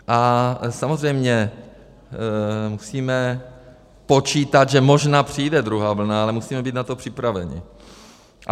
A samozřejmě musíme počítat, že možná přijde druhá vlna, ale musíme být na to připraveni.